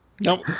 Nope